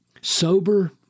Sober